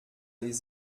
les